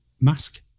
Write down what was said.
mask